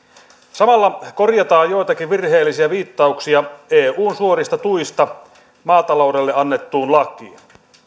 samalla korjataan joitakin virheellisiä viittauksia eun suorista tuista maataloudelle annettuun lakiin